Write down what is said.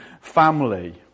family